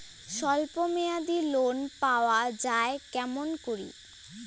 স্বল্প মেয়াদি লোন পাওয়া যায় কেমন করি?